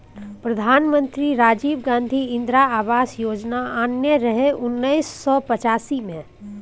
प्रधानमंत्री राजीव गांधी इंदिरा आबास योजना आनने रहय उन्नैस सय पचासी मे